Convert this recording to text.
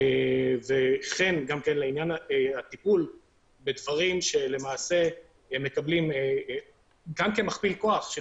וכן לעניין הטיפול בדברים שמקבלים מכפיל כוח של